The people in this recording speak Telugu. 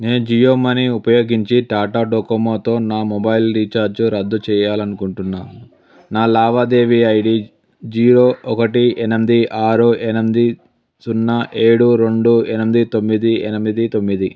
నేను జియో మనీ ఉపయోగించి టాటా డోకోమోతో నా మొబైల్ రీఛార్జు రద్దు చేయాలని అనుకుంటున్నాను నా లావాదేవీ ఐడీ జీరో ఒకటి ఎనమిది ఆరు ఎనమిది సున్నా ఏడు రెండు ఎనిమిది తొమ్మిది ఎనిమిది తొమ్మిది